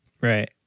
Right